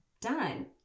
done